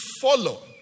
follow